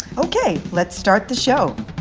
ok, let's start the show